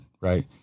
Right